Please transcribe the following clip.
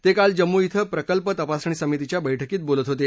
ते काल जम्मू इथं प्रकल्प तपासणी समितीच्या बैठकीत बोलत होते